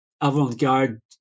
avant-garde